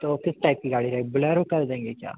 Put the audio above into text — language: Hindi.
तो किस टाइप की गाड़ी रहे बोलेरो कर देंगे क्या